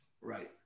Right